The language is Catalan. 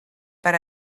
per